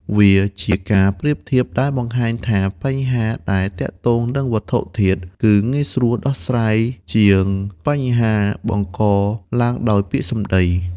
វាជាការប្រៀបធៀបដែលបង្ហាញថា បញ្ហាដែលទាក់ទងនឹងវត្ថុធាតុ គឺងាយស្រួលដោះស្រាយជាងបញ្ហាដែលបង្កឡើងដោយពាក្យសម្ដី។